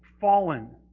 fallen